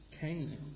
came